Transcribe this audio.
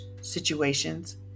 situations